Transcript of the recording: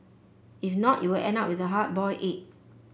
if not you will end up with the hard boiled egg